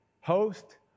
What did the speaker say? host